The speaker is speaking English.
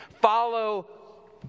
Follow